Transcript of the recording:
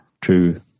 true